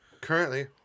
currently